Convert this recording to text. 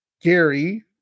Gary